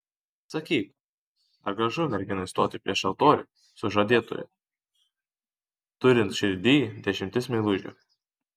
sakyk ar gražu merginai stoti prieš altorių su žadėtuoju turint širdyj dešimtis meilužių